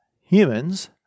humans